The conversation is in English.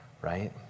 right